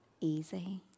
easy